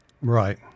Right